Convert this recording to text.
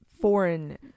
foreign